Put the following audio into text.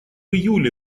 июле